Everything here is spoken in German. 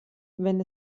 wenn